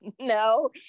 No